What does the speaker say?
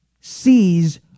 sees